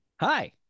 Hi